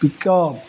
pickup